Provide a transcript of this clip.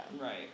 Right